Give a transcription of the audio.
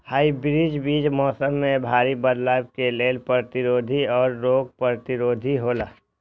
hybrid बीज मौसम में भारी बदलाव के लेल प्रतिरोधी और रोग प्रतिरोधी हौला